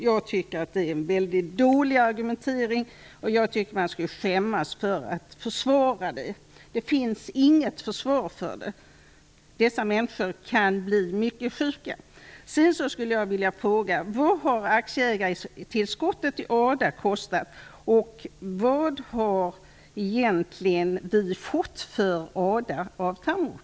Jag tycker att detta är en väldigt dålig argumentering och att man skulle skämmas för att försvara denna affär. Det finns inget försvar för detta. Människor kan bli mycket sjuka. Jag vill också fråga följande: Hur mycket har aktieägartillskottet i ADA kostat, och hur mycket har vi egentligen fått för ADA av Tamro?